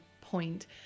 point